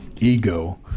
ego